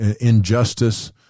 injustice